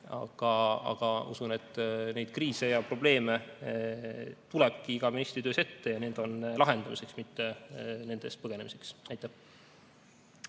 vaid usun, et kriise ja probleeme tulebki iga ministri töös ette ja need on lahendamiseks, mitte nende eest põgenemiseks. Austatud